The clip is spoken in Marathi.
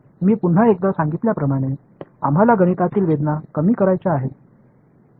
मी पुन्हा एकदा सांगितल्याप्रमाणे आम्हाला गणितातील वेदना कमी करायच्या आहेत